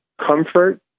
comfort